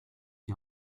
die